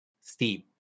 steep